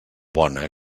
bona